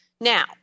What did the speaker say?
Now